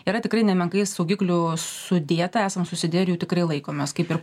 yra tikrai nemenkai saugiklių sudėta esam susidėję ir jų tikrai laikomės kaip ir